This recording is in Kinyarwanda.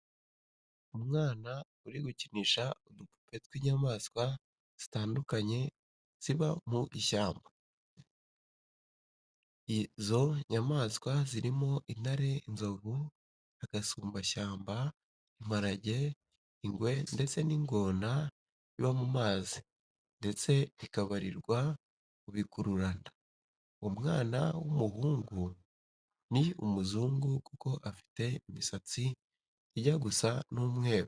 Umwna uri gukinisha udupupe tw'inyamaswa zitandukanye ziba mu ishyamba. Izo nyamaswa zirimo intare, inzovu, agasumbashyamba, imparage, ingwe ndetse n'ingona iba mu mazi ndetse iakabrirwa mu bikururanda. Uwo mwana w'umuhungu ni umuzungu kuko afite imisatsi ijya gusa n'umweru.